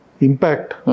impact